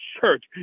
church